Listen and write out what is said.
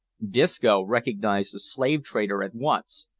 disco recognised the slave-trader at once,